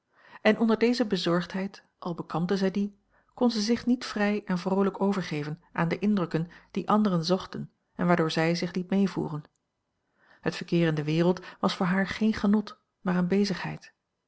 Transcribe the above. en onder deze bezorgdheid al bekampte zij die kon zij zich niet vrij en vroolijk overgeven aan de indrukken die anderen zochten en waardoor zij zich lieten meevoeren het verkeer in de wereld was voor haar geen genot maar eene bezigheid